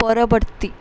ପରବର୍ତ୍ତୀ